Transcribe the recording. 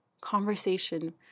conversation